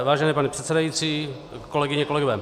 Vážený pane předsedající, kolegyně, kolegové.